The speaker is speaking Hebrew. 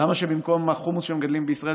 למה שבמקום החומוס שמגדלים בישראל,